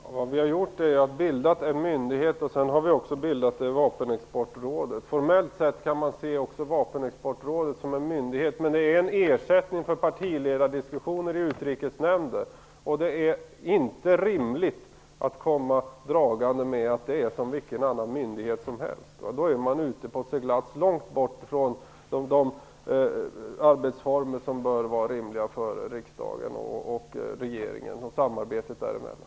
Fru talman! Vad vi har gjort är att vi har bildat en myndighet och därefter också inrättat Vapenexportrådet. Formellt kan även Vapenexportrådet ses som en myndighet, men det är en ersättning för partiledardiskussioner i Utrikesnämnden. Det är inte rimligt att komma dragande med argumentet att det är som vilken annan myndighet som helst. Då är man ute på en seglats långt bort från de arbetsformer som bör vara rimliga för riksdagen och regeringen och för samarbetet dem emellan.